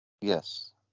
Yes